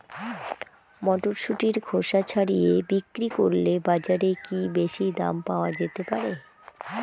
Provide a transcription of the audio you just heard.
মটরশুটির খোসা ছাড়িয়ে বিক্রি করলে বাজারে কী বেশী দাম পাওয়া যেতে পারে?